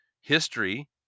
history